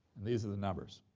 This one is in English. these are the numbers.